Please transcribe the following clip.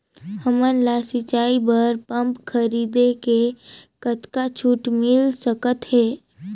हमन ला सिंचाई बर पंप खरीदे से कतका छूट मिल सकत हे?